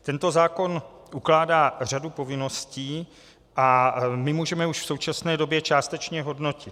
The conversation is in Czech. Tento zákon ukládá řadu povinností a my můžeme už v současné době částečně hodnotit.